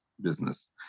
business